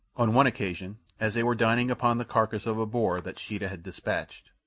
on one occasion as they were dining upon the carcass of a boar that sheeta had dispatched,